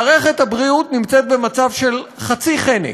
מערכת הבריאות נמצאת במצב של חצי חנק.